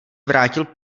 vrátil